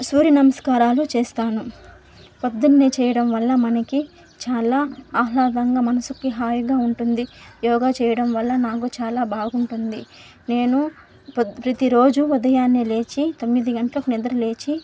సూర్యనమస్కారాలు చేస్తాను పొద్దున్నే చెయ్యడం వల్ల మనకి చాలా ఆహ్లాదంగా మనసుకి హాయిగా ఉంటుంది యోగా చెయ్యడం వల్ల నాకు చాలా బాగుంటుంది నేను పొద్ ప్రతిరోజూ ఉదయాన్నే లేచి తొమ్మిది గంటలకు నిద్ర లేచి